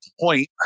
point